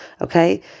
Okay